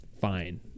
fine